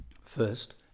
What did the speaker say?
First